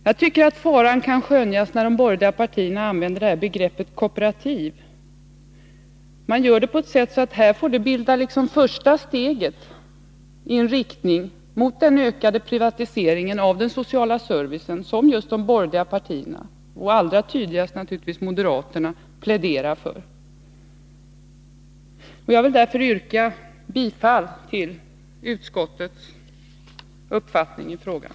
Jag tycker man kan skönja en fara när de borgerliga partierna använder begreppet kooperativ. De gör det på ett sådant sätt att kooperativ verksamhet liksom får utgöra första steget i riktning mot den ökade privatisering av den sociala servicen som de borgerliga partierna — och allra tydligast naturligtvis moderaterna — pläderar för. Jag vill därför yrka bifall till utskottets hemställan.